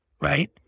right